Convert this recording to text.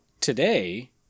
today